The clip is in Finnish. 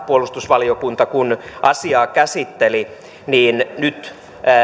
puolustusvaliokunta asiaa käsitteli ja nyt